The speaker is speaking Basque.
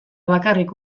bakarrik